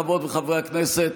חברות וחברי הכנסת,